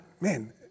Man